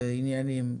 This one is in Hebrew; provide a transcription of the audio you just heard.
עניינים.